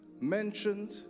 mentioned